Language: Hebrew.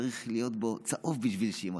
צריך להיות בו צהוב בשביל שיימכר.